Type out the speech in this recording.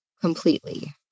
completely